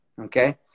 okay